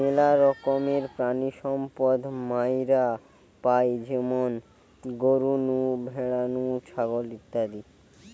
মেলা রকমের প্রাণিসম্পদ মাইরা পাই যেমন গরু নু, ভ্যাড়া নু, ছাগল ইত্যাদি